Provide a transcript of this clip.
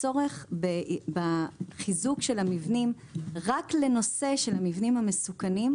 הצורך בחיזוק של המבנים רק לנושא של המבנים המסוכנים,